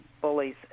bullies